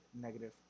negative